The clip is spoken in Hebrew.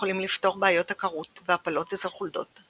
יכולים לפתור בעיות עקרות והפלות אצל חולדות.